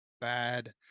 bad